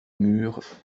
mûre